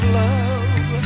love